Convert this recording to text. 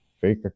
fake